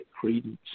credence